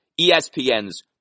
ESPN's